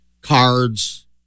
cards